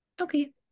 okay